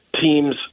teams –